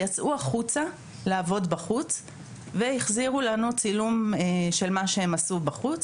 יצאו החוצה לעבוד בחוץ והחזירו לנו צילום של מה שהם עשו בחוץ.